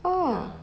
oh